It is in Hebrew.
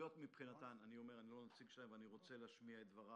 הרשויות מבחינתן אני לא נציג שלהן אבל אני רוצה להשמיע את דברן,